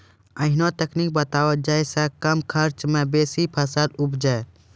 ऐहन तकनीक बताऊ जै सऽ कम खर्च मे बेसी फसल उपजे?